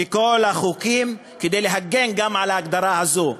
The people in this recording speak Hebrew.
וכל החוקים הם כדי להגן גם על ההגדרה הזו.